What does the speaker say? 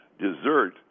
dessert